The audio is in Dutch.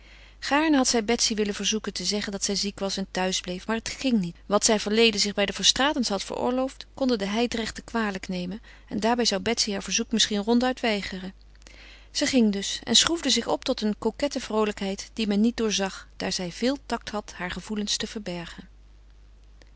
gaarne had zij betsy willen verzoeken te zeggen dat zij ziek was en thuis bleef maar het ging niet wat zij verleden zich bij de verstraetens had veroorloofd konden de hijdrechten kwalijk nemen en daarbij zou betsy haar verzoek misschien ronduit weigeren zij ging dus en schroefde zich op tot een coquette vroolijkheid die men niet doorzag daar zij veel tact had haar gevoelens te verbergen